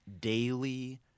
daily